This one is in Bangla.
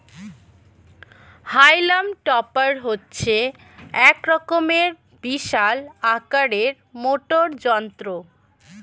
হাইলাম টপার হচ্ছে এক রকমের বিশাল আকারের মোটর যন্ত্র